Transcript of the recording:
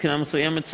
מבחינה מסוימת,